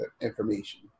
information